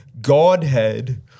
Godhead